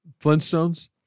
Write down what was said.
Flintstones